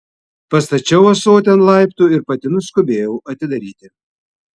pastačiau ąsotį ant laiptų ir pati nuskubėjau atidaryti